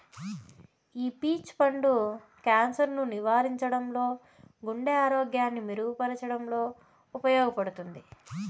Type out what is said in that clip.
ఈ పీచ్ పండు క్యాన్సర్ ను నివారించడంలో, గుండె ఆరోగ్యాన్ని మెరుగు పరచడంలో ఉపయోగపడుతుంది